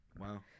Wow